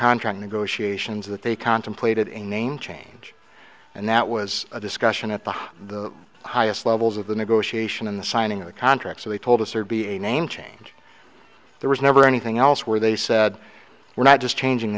contract negotiations that they contemplated a name change and that was a discussion at the the highest levels of the negotiation in the signing a contract so they told us or be a name change there was never anything else where they said we're not just changing